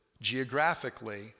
geographically